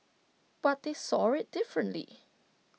but they saw IT differently